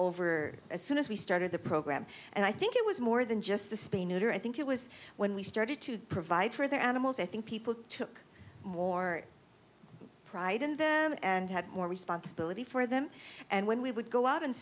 over as soon as we started the program and i think it was more than just the spay neuter i think it was when we started to provide for their animals i think people took more pride in them and had more responsibility for them and when we would go out